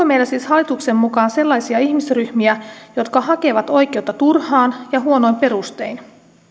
meillä siis hallituksen mukaan sellaisia ihmisryhmiä jotka hakevat oikeutta turhaan ja huonoin perustein